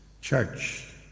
church